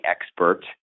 expert